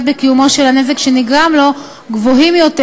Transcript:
בקיומו של הנזק שנגרם לו גבוהים יותר,